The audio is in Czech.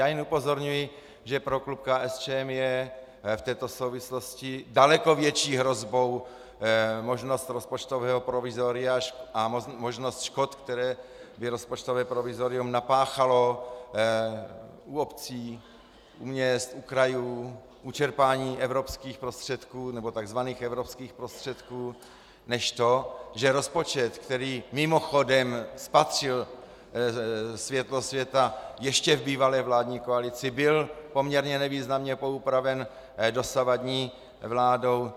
Já jen upozorňuji, že pro klub KSČM je v této souvislosti daleko větší hrozbou možnost rozpočtového provizoria a možnost škod, které by rozpočtové provizorium napáchalo u obcí, u měst, u krajů, u čerpání evropských prostředků, nebo tzv. evropských prostředků, než to, že rozpočet, který mimochodem spatřil světlo světa ještě v bývalé vládní koalici, byl poměrně nevýznamně poupraven dosavadní vládou.